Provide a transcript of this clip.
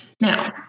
now